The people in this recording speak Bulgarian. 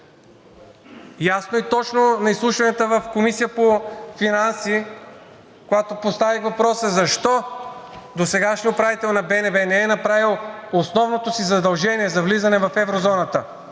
Ясно и точно на изслушванията в Комисията по финанси, когато поставих въпроса защо досегашният управител на БНБ не е направил основното си задължение за влизане в еврозоната